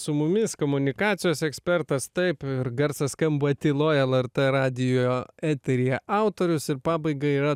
su mumis komunikacijos ekspertas taip ir garsas skamba tyloj lrt radijo eteryje autorius ir pabaigai yra